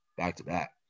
back-to-back